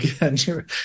again